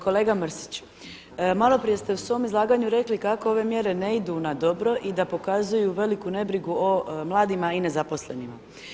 Kolega Mrsić, malo prije ste u svom izlaganju rekli kako ove mjere ne idu na dobro i da pokazuju veliku nebrigu o mladima i nezaposlenima.